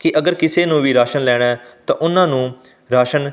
ਕਿ ਅਗਰ ਕਿਸੇ ਨੂੰ ਵੀ ਰਾਸ਼ਨ ਲੈਣਾ ਹੈ ਤਾਂ ਉਹਨਾਂ ਨੂੰ ਰਾਸ਼ਨ